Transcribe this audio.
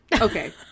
okay